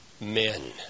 men